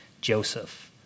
Joseph